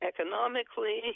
Economically